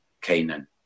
Canaan